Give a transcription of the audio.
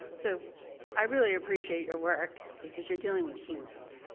so i really appreciate your work because you're dealing with humans.